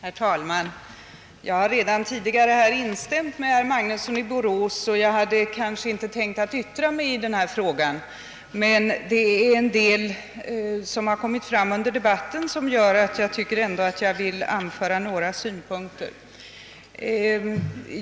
Herr talman! Jag har redan instämt med herr Magnusson i Borås och hade inte tänkt yttra mig i denna fråga. Men en del som sagts under debatten gör att jag vill anföra några synpunkter.